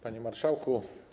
Panie Marszałku!